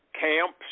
camps